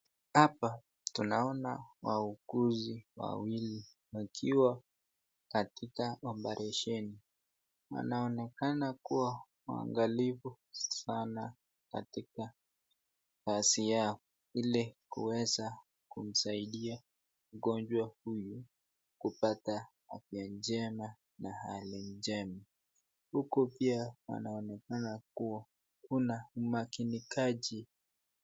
Hapa tunaona wawili wakiwa katika oparesheni. Anaonekana kuwa angalivu sana katika kazi yao ili kuweza kumsaidia mgonjwa huyu kupata afya njema na hali njema. Huku pia anaonekana kuwa kuna umakinikaji .